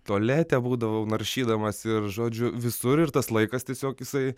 tualete būdavau naršydamas ir žodžiu visur ir tas laikas tiesiog jisai